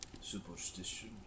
superstition